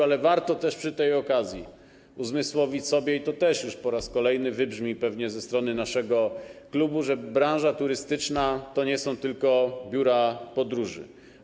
Ale warto też przy tej okazji uzmysłowić sobie - i to też już po raz kolejny wybrzmi pewnie ze strony naszego klubu - że branża turystyczna to nie tylko biura podróży.